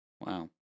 Wow